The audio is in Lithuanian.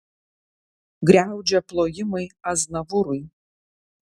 griaudžia plojimai aznavūrui